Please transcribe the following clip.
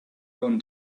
own